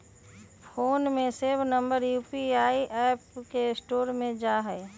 phone में save number UPI app में store हो जा हई